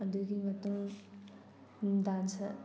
ꯑꯗꯨꯒꯤ ꯃꯇꯨꯡ ꯗꯥꯟꯁꯔ